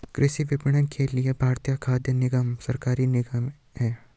कृषि विपणन के लिए भारतीय खाद्य निगम सरकारी निकाय है